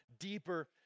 deeper